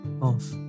off